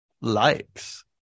likes